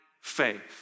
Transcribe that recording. faith